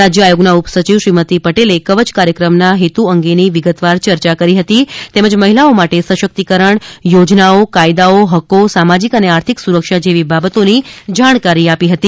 રાજય આયોગના ઉપસચિવ શ્રીમતિ પટેલે કવચ કાર્યક્રમના હેતુ અંગેની વિતવાર ચર્ચા કરી હતી તેમજ મહિલાઓ માટે સશકિતકરણ યોજનાઓ કાયદાઓ હક્કો સામાજિક અને આર્થિક સુરક્ષા જેવી બાબતોની જાણકારી આપી હતી